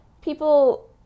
people